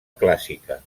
clàssica